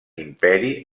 imperi